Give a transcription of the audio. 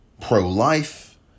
pro-life